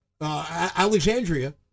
Alexandria